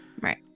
Right